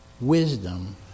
wisdom